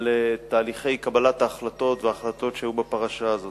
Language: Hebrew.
על תהליכי קבלת ההחלטות וההחלטות שהיו בפרשה הזאת.